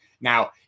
Now